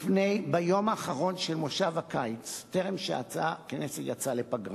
ביום האחרון של מושב הקיץ, טרם יצא הכנס לפגרה.